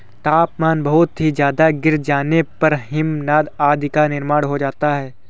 तापमान बहुत ही ज्यादा गिर जाने पर हिमनद आदि का निर्माण हो जाता है